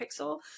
pixel